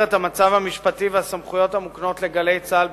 את המצב המשפטי והסמכויות המוקנות ל"גלי צה"ל".